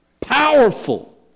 powerful